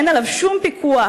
אין עליו שום פיקוח,